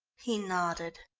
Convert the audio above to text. he nodded.